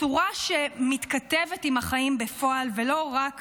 צורה שמתכתבת עם החיים בפועל ולא רק